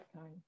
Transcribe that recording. time